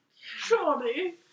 Surely